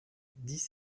dix